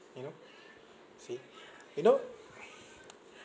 you know you see you know